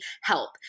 help